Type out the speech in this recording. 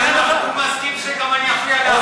הוא מסכים שגם אני אפריע לאחמד.